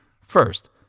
First